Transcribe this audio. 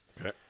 Okay